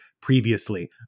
previously